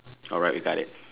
alright we got it